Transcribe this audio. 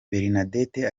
bernadette